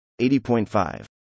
80.5